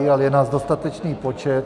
Ale je nás dostatečný počet.